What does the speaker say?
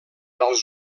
als